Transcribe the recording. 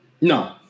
No